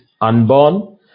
unborn